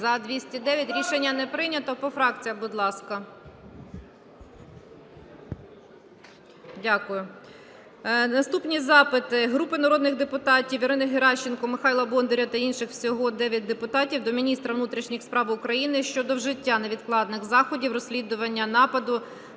За-209 Рішення не прийнято. По фракціях, будь ласка. Дякую. Наступні запити групи народних депутатів (Ірини Геращенко, Михайла Бондаря та інших всього 9 депутатів) до міністра внутрішніх справ України щодо вжиття невідкладних заходів розслідування нападу